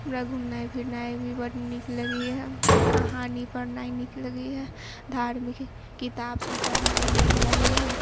हमरा घूमनाइ फिरनाइ भी बड नीक लगैया कहानी पढ़नाइ नीक लगैया धार्मिक किताब सब पढ़नाइ नीक लगैया